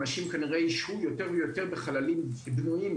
אנשים ככל הנראה ישהו יותר ויותר בחללים בנויים,